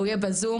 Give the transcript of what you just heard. הוא יהיה בזום,